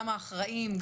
גם האחראים,